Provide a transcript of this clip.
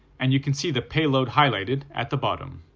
and you can see the payload highlighted at the bottom.